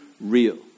real